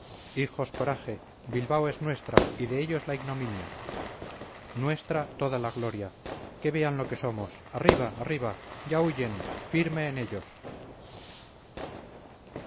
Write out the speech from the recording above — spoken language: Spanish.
hijos coraje bilbao es nuestra y de ellos la ignominia nuestra toda la gloria que vean lo que somos arriba arriba ya huyen firme en ellos